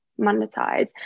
monetize